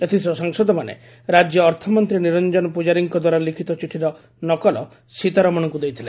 ଏଥିସହ ସାଂସଦମାନେ ରାକ୍ୟ ଅର୍ଥମନ୍ତୀ ନିରଞ୍ଚନ ପୂଜାରୀଙ୍କ ଦ୍ୱାରା ଲିଖ୍ତ ଚିଠିର ନକଲ ସୀତାରମଣଙ୍କ ଦେଇଥିଲେ